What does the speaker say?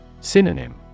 Synonym